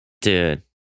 Dude